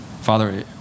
Father